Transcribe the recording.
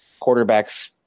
Quarterbacks